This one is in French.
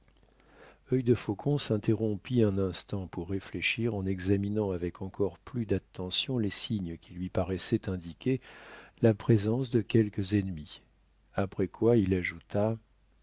risque œil de faucon s'interrompit un instant pour réfléchir en examinant avec encore plus d'attention les signes qui lui paraissaient indiquer la présence de quelques ennemis après quoi il ajouta